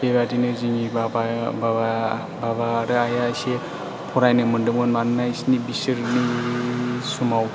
बेबायदिनो जोंनि बाबा बाबा आरो आइया एसे फरायनो मोनदोंमोन मानोना बिसिनि बिसोरनि समाव